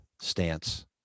stance